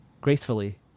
Gracefully